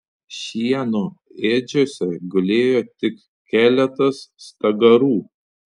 šieno ėdžiose gulėjo tik keletas stagarų